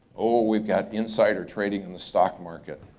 or we've got insider trading in the stock market.